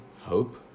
hope